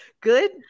good